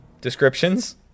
descriptions